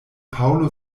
paŭlo